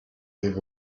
give